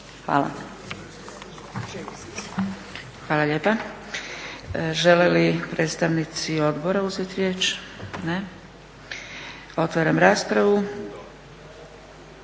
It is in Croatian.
(SDP)** Hvala lijepa. Žele li predstavnici odbora uzeti riječ? Ne. Otvaram raspravu.